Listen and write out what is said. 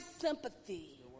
sympathy